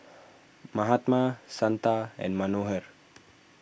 Mahatma Santha and Manohar